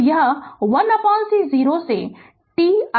तो यह 1c 0 to t idt v 0 है